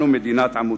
אנחנו מדינת עמותות.